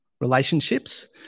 relationships